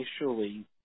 initially